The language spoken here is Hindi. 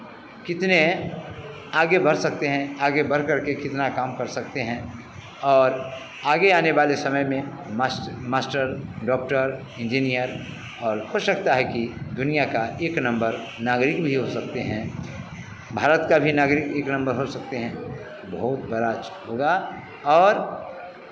कितने आगे बढ़ सकते हैं आगे बढ़ करके कितना काम कर सकते हैं और आगे आने वाले समय में मास मास्टर डॉक्टर इंजीनियर और हो सकता है कि दुनियाँ का एक नम्बर नागरिक भी हो सकते हैं भारत का भी नागरिक एक नम्बर हो सकते हैं बहुत बड़ा होगा और